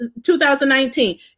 2019